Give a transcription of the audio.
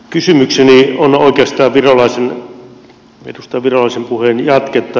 kysymykseni on oikeastaan edustaja virolaisen puheen jatketta